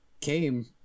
came